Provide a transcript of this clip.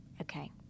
okay